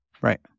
Right